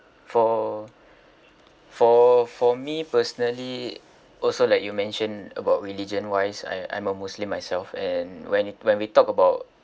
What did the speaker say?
for for for me personally also like you mentioned about religion wise I I'm a muslim myself and when it when we talk about